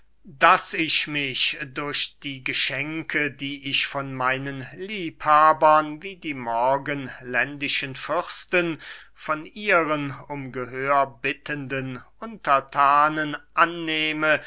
daß ich mich durch die geschenke die ich von meinen liebhabern wie die morgenländischen fürsten von ihren um gehör bittenden unterthanen annehme